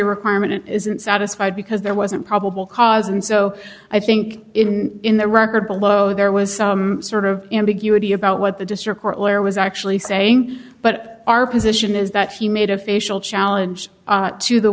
a requirement isn't satisfied because there wasn't probable cause and so i think in in the record below there was some sort of ambiguity about what the district court lawyer was actually saying but our position is that he made a facial challenge to the